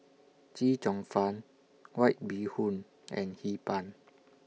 Chee Cheong Fun White Bee Hoon and Hee Pan